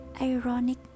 ironic